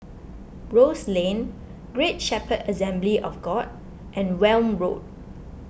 Rose Lane Great Shepherd Assembly of God and Welm Road